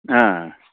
ஆ